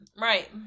Right